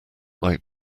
like